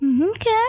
Okay